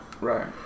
Right